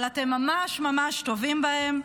אבל אתם ממש ממש טובים בהם,